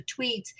tweets